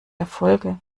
erfolge